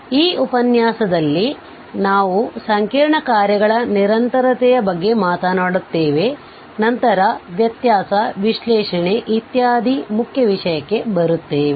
ಈ ಉಪನ್ಯಾಸದಲ್ಲಿ ನಾವು ಸಂಕೀರ್ಣ ಕಾರ್ಯಗಳ ನಿರಂತರತೆಯ ಬಗ್ಗೆ ಮಾತನಾಡುತ್ತೇವೆ ನಂತರ ವ್ಯತ್ಯಾಸ ವಿಶ್ಲೇಷಣೆ ಇತ್ಯಾದಿ ಮುಖ್ಯ ವಿಷಯಕ್ಕೆ ಬರುತ್ತೇವೆ